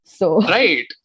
Right